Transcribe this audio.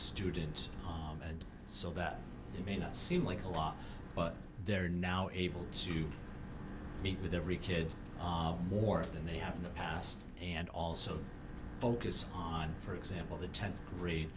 student so that they may not seem like a lot but they're now able to meet with every kid more than they have in the past and also focus on for example the tenth grade